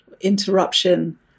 interruption